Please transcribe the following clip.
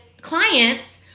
clients